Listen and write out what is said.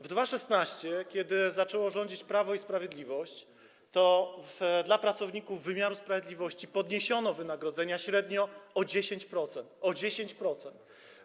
W 2016 r., kiedy zaczęło rządzić Prawo i Sprawiedliwość, pracownikom wymiaru sprawiedliwości podniesiono wynagrodzenia średnio o 10% - o 10%.